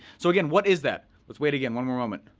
so again, what is that? let's wait again, one more moment.